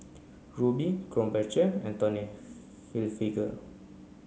Rubi Krombacher and Tommy Hilfiger